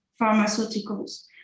pharmaceuticals